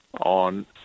on